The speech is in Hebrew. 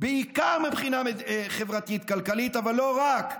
בעיקר מבחינה חברתית-כלכלית, אבל לא רק.